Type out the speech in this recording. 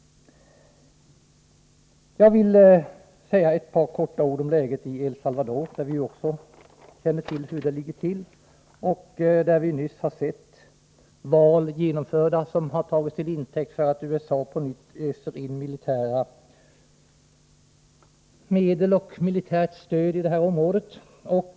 Jag vill säga några ord om läget i El Salvador, där vi känner till hur det ligger till. Vi har nyss sett val genomförda där som har tagits till intäkt för att USA på nytt öser in militära medel och militärt stöd i området.